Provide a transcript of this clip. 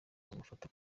bamufata